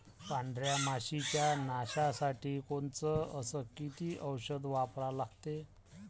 पांढऱ्या माशी च्या नाशा साठी कोनचं अस किती औषध वापरा लागते?